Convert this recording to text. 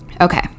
Okay